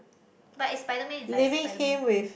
but it's Spiderman inside Spiderman